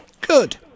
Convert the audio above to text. Good